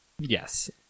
Yes